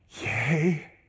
yay